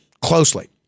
closely